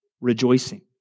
rejoicing